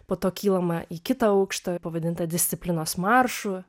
po to kylama į kitą aukštą pavadintą disciplinos maršu